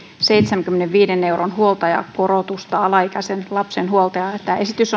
seitsemänkymmenenviiden euron huoltajakorotusta alaikäisen lapsen huoltajalle tämä esitys